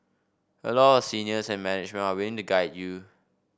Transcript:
a lot of seniors and management are win to guide you